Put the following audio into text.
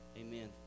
Amen